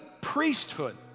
priesthood